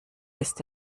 ist